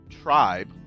tribe